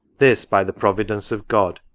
this, by the pro vidence of god,